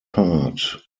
part